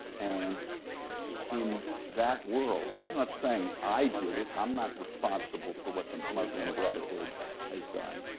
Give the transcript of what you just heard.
and in that world, he's not saying i did it, i'm not responsible for what the muslim brotherhood has done.